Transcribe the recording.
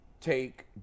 take